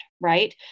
right